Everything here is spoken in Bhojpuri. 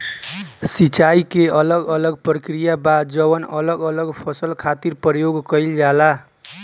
सिंचाई के अलग अलग प्रक्रिया बा जवन अलग अलग फसल खातिर प्रयोग कईल जाला